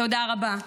תודה רבה.